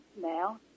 now